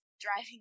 driving